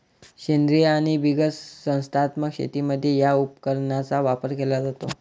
सेंद्रीय आणि बिगर संस्थात्मक शेतीमध्ये या उपकरणाचा वापर केला जातो